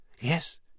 Yes